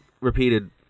repeated